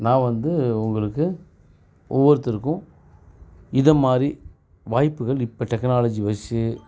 நான் வந்து உங்களுக்கு ஒவ்வொருத்தருக்கும் இது மாதிரி வாய்ப்புகள் இப்போ டெக்கனாலஜி வைஸ்ஸு